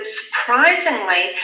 surprisingly